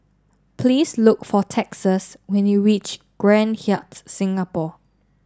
please look for Texas when you reach Grand Hyatt Singapore